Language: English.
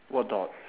what dots